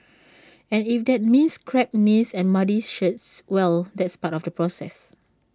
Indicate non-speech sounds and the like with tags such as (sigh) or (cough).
(noise) and if that means scraped knees and muddy shirts well that's part of the process